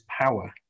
power